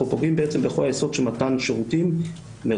אנחנו פוגעים בעצם בכל היסוד של מתן שירותים מרחוק,